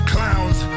Clowns